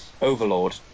Overlord